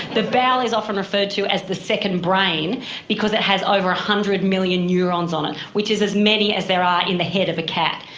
the bowel is often referred to as the second brain because it has over one hundred million neurons on it, which is as many as there are in the head of a cat,